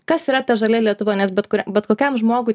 kas yra ta žalia lietuva nes bet kuria bet kokiam žmogui